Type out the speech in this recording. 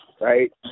right